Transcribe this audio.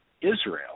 Israel